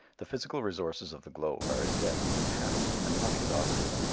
the physical resources of the globe are as yet only tapped, and not exhausted.